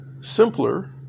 simpler